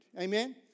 Amen